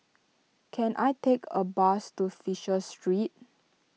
can I take a bus to Fisher Street